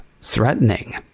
threatening